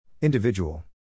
Individual